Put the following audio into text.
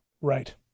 Right